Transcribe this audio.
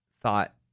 thought